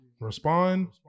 respond